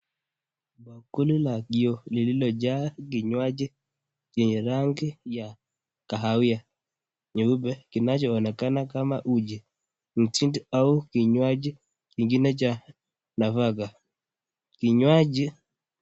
Bakuli ya kioo lililojaa kinywaji yenye rangi ya kahawia nyeupe kinachoonekana kama uji, mtindi au kinywaji ingine cha nafaka, kinywaji...